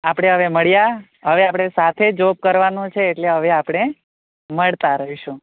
આપણે હવે મળ્યા હવે આપણે સાથે જોબ કરવાનું છે હવે આપણે મળતા રહીશું